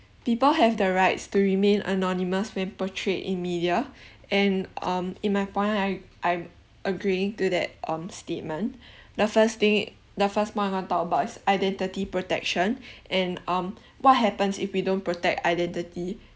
people have the rights to remain anonymous when portrayed in media and um in my point I I'm agreeing to that um statement the first thing the first point I wanna talk about is identity protection and um what happens if we don't protect identity